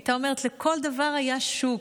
הייתה אומרת: לכל דבר היה שוק,